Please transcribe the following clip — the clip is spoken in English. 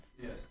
Yes